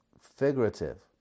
figurative